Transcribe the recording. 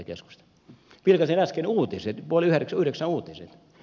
vilkaisin äsken uutiset puoli yhdeksän uutiset